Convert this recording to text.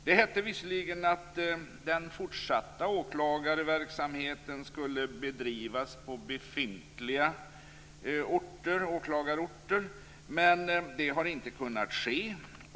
Det hette visserligen att den fortsatta åklagarverksamheten skulle bedrivas på befintliga åklagarorter, men det har inte kunnat ske.